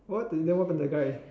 what then what happened to the guy